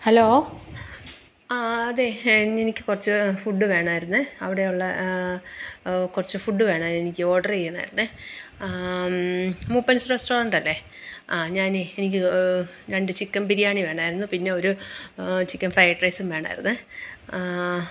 hello ആ അതെ എനിക്ക് കുറച്ച് ഫുഡ് വേണമായിരുന്നെ അവിടെയുള്ള കുറച്ച് ഫുഡ് വേണെയെനിക്ക് ഓഡറെയ്യണായിരുന്നെ മൂപ്പൻസ് റസ്റ്റോറൻറ്റല്ലേ ആ ഞാനേ എനിക്ക് രണ്ട് ചിക്കൻ ബിരിയാണി വേണമായിരുന്നു പിന്നെ ഒരു ചിക്കൻ ഫ്രൈഡ് റൈസും വേണമായിരുന്നെ